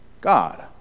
God